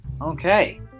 Okay